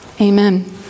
Amen